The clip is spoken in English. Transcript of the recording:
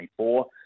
2024